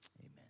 Amen